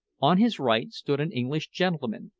on his right stood an english gentleman,